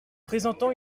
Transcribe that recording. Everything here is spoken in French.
présentant